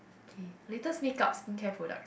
okay latest make up skin care product